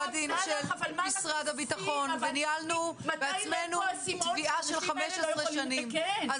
הדין של משרד הביטחון ונהלנו בעצמנו תביעה של 15 שנים,